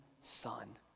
son